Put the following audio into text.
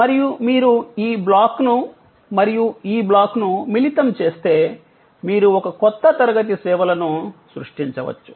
మరియు మీరు ఈ బ్లాక్ను మరియు ఈ బ్లాక్ను మిళితం చేస్తే మీరు ఒక కొత్త తరగతి సేవలను సృష్టించవచ్చు